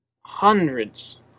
hundreds